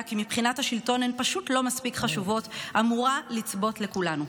כי מבחינת השלטון הן פשוט לא מספיק חשובות אמורה לצבוט לכולנו.